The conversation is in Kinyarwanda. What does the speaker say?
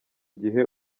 gihe